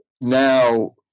now